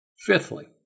Fifthly